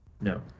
No